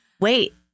wait